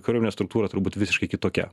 kariuomenės struktūra turbūt visiškai kitokia